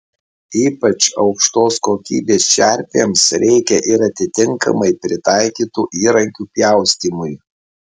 ypač aukštos kokybės čerpėms reikia ir atitinkamai pritaikytų įrankių pjaustymui